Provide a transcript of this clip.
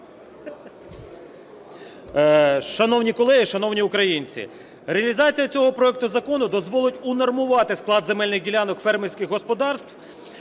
Шановні колеги, шановні українці, реалізація цього проекту закону дозволить унормувати склад земельних ділянок фермерських господарств,